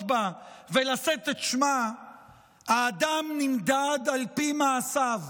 בה ולשאת את שמה האדם נמדד על פי מעשיו,